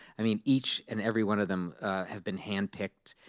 i mean, each and every one of them have been handpicked.